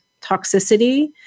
toxicity